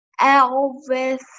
Elvis